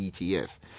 ETS